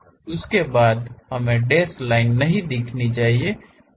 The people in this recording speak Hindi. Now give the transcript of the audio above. उसके बाद वह हमें डैश लाइन नहीं दिखानी चाहिए